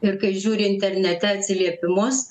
ir kai žiūri internete atsiliepimus